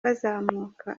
bazamuka